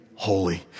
holy